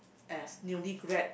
as newly grad